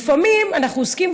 לפעמים אנחנו עוסקים,